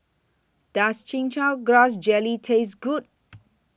Does Chin Chow Grass Jelly Taste Good